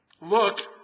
look